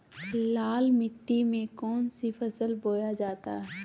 लाल मिट्टी में कौन सी फसल बोया जाता हैं?